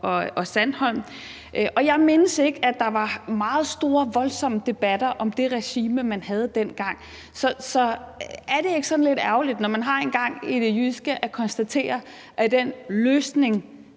og Sandholm, og jeg mindes ikke, at der var meget store og voldsomme debatter om det regime, man havde dengang. Så er det ikke sådan lidt ærgerligt, når man har sin gang i det jyske, at konstatere, at den løsning